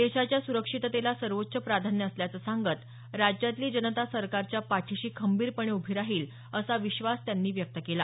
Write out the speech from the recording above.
देशाच्या सुरक्षिततेला सर्वोच्च प्राधान्य असल्याचं सांगत राज्यातली जनता सरकारच्या पाठीशी खंबीरपणे उभी राहील असा विश्वास व्यक्त केला